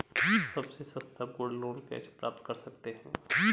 सबसे सस्ता gold loan कैसे प्राप्त कर सकते हैं?